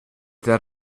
that